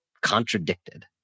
contradicted